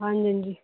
ਹਾਂਜੀ ਹਾਂਜੀ